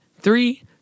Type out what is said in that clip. three